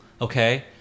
okay